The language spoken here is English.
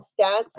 stats